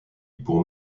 pour